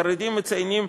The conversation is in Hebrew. החרדים מציינים,